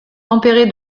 tempérées